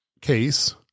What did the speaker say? case